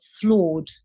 flawed